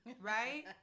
right